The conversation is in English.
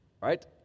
right